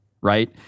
right